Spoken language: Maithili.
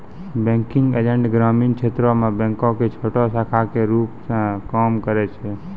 बैंकिंग एजेंट ग्रामीण क्षेत्रो मे बैंको के छोटो शाखा के रुप मे काम करै छै